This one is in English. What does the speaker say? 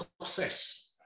success